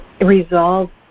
resolve